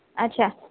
ଆଚ୍ଛା